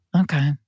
Okay